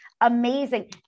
amazing